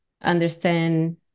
understand